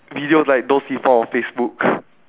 videos like those we found on facebook